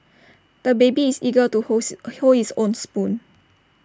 the baby is eager to holds hold his own spoon